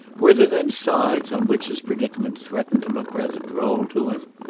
were there then sides on which his predicament threatened to look rather droll to him?